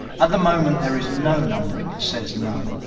at the moment, there is no numbering. it says none.